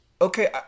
Okay